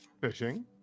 fishing